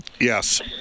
yes